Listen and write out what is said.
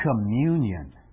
communion